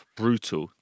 brutal